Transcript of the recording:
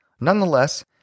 Nonetheless